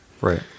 Right